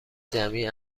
جمعی